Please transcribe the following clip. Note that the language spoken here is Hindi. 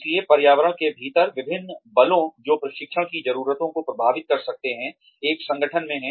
इसलिए पर्यावरण के भीतर विभिन्न बलों जो प्रशिक्षण की ज़रूरतों को प्रभावित कर सकते हैं एक संगठन में हैं